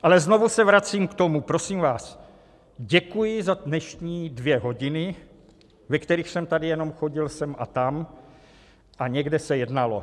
Ale znovu se vracím k tomu, prosím vás: děkuji za dnešní dvě hodiny, ve kterých jsem tady jenom chodil sem a tam a někde se jednalo.